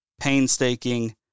painstaking